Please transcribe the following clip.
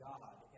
God